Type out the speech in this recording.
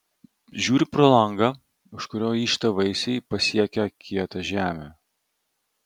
žiūri pro langą už kurio yžta vaisiai pasiekę kietą žemę